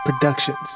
Productions